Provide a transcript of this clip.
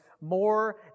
more